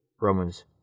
Romans